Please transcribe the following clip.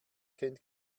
kennt